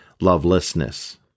lovelessness